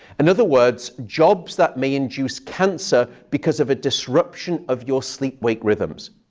in other words, jobs that may induce cancer because of a disruption of your sleep-wake rhythms.